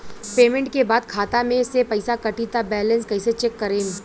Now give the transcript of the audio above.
Payment के बाद खाता मे से पैसा कटी त बैलेंस कैसे चेक करेम?